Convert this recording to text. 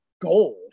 gold